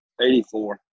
84